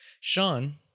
Sean